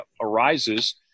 arises